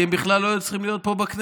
כי הם בכלל לא היו צריכים להיות פה בכנסת.